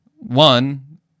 One